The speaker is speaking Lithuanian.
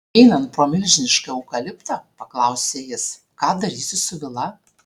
einant pro milžinišką eukaliptą paklausė jis ką darysi su vila